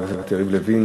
חבר הכנסת יריב לוין,